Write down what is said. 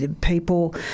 People